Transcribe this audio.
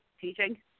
teaching